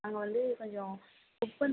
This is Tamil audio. நாங்கள் வந்து கொஞ்சம் புக் பண்